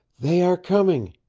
they are coming,